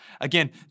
Again